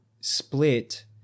split